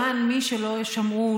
למען מי שלא שמעו,